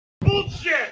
Bullshit